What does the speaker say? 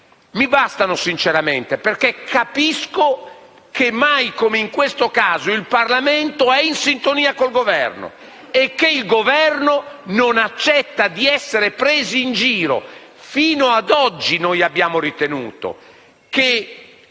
mi bastano sinceramente perché capisco che mai come in questo caso il Parlamento è in sintonia con il Governo e che il Governo non accetta di essere preso in giro. Fino a oggi abbiamo ritenuto che